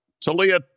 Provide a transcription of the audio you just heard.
Talia